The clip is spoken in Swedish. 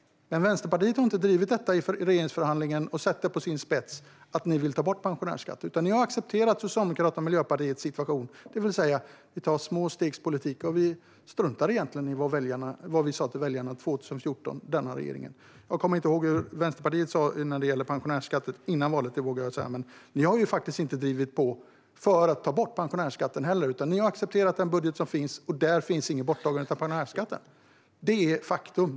Men Vänsterpartiet har inte drivit detta i regeringsförhandlingarna. Ni har inte satt det på sin spets att ni vill ta bort pensionärsskatten, utan ni har accepterat Socialdemokraternas och Miljöpartiets småstegspolitik. Denna regering struntar egentligen i vad man sa till väljarna 2014. Jag kommer inte ihåg vad Vänsterpartiet sa före valet när det gällde pensionärsskatten. Det vågar jag inte säga. Men ni har faktiskt inte drivit på för att ta bort pensionärsskatten. Ni har accepterat den budget som finns, och där finns inget borttagande av pensionärsskatten. Det är ett faktum.